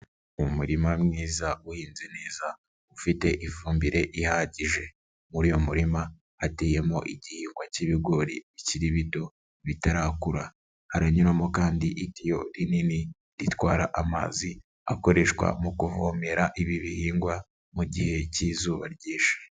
Umurima mwiza uhinze neza ufite ifumbire ihagije. Muri uyu murima hateyemo igihingwa k'ibigori bikiri bito bitarakura. Haranyuramo kandi itiyo rinini ritwara amazi akoreshwa mu kuvomera ibi bihingwa mu gihe k'izuba ryinshi.